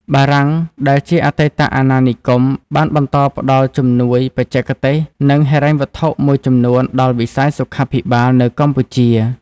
បារាំងដែលជាអតីតអាណានិគម បានបន្តផ្តល់ជំនួយបច្ចេកទេស និងហិរញ្ញវត្ថុមួយចំនួនដល់វិស័យសុខាភិបាលនៅកម្ពុជា។